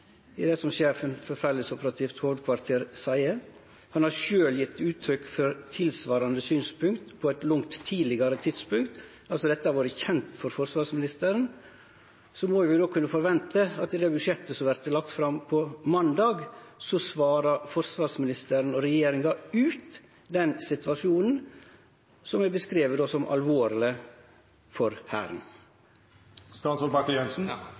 i det som sjefen for Fellesoperativt hovudkvarter seier? Han har sjølv gjeve uttrykk for tilsvarande synspunkt på eit langt tidlegare tidspunkt. Altså: Dette har vore kjent for forsvarsministeren. Så må vi kunne forvente at i budsjettet som vert lagt fram på måndag, svarar forsvarsministeren og regjeringa ut den situasjonen som er beskrive som alvorleg for Hæren.